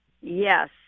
yes